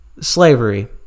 Slavery